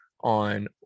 on –